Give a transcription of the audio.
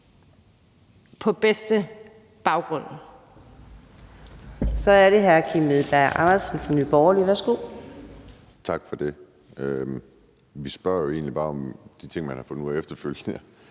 den bedste baggrund.